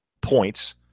points